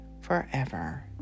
forever